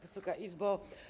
Wysoka Izbo!